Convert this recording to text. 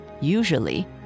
Usually